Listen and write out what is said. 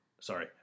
sorry